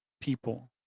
people